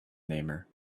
namer